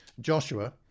Joshua